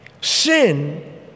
sin